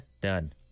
Done